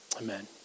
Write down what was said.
amen